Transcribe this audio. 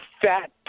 fat